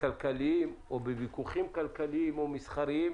כלכליים או בוויכוחים כלכליים או מסחריים.